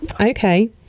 Okay